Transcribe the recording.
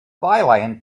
thailand